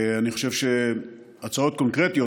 אני חושב שהצעות קונקרטיות,